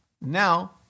now